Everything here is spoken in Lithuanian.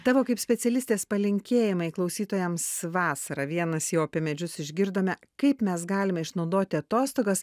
tavo kaip specialistės palinkėjimai klausytojams vasarą vienas jau apie medžius išgirdome kaip mes galime išnaudoti atostogas